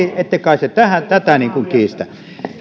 tätä kiistä